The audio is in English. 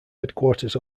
headquarters